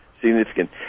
significant